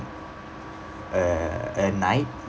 uh a night